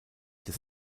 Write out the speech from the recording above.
des